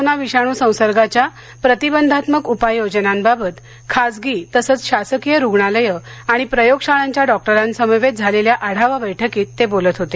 corona विषाणू संसर्गाच्या प्रतिबंधात्मक उपाययोजनाबाबत खासगी तसंच शासकीय रुग्णालय आणि प्रयोगशाळांच्या डॉक्टरांसमवेत झालेल्या आढावा बैठकीत ते बोलत होते